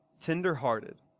tender-hearted